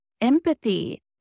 empathy